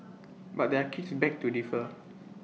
but their kids beg to differ